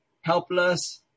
helpless